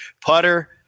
putter